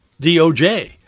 DOJ